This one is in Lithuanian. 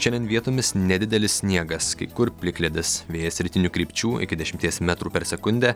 šiandien vietomis nedidelis sniegas kai kur plikledis vėjas rytinių krypčių iki dešimties metrų per sekundę